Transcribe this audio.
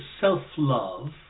self-love